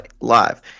live